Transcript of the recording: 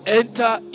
enter